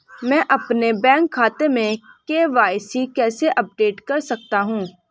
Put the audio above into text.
मैं अपने बैंक खाते में के.वाई.सी कैसे अपडेट कर सकता हूँ?